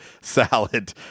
salad